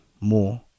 more